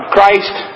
Christ